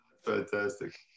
Fantastic